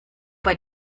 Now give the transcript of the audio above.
bei